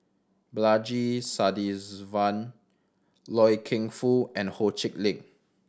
Balaji Sadasivan Loy Keng Foo and Ho Chee Lick